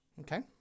Okay